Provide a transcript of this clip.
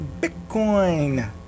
Bitcoin